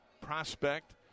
prospect